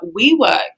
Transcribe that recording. WeWork